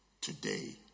today